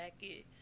jacket